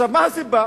מה הסיבה?